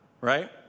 right